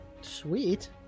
Sweet